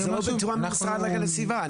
אבל זה לא בתשובה ממשרד להגנת הסביבה.